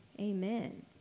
Amen